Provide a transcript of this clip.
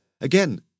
Again